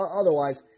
Otherwise